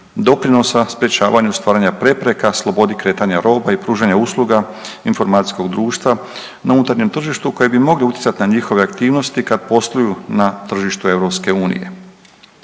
doprinosa sprječavanju stvaranja prepreka slobodi kretanja roba i pružanja usluga informacijskog društva na unutarnjem tržištu koje bi mogle utjecati na njihove aktivnosti kad posluju na tržištu EU.